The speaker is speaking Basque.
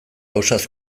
ausaz